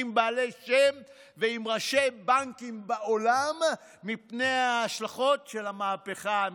בעלי שם ועם ראשי בנקים בעולם מפני השלכות של המהפכה המשטרית.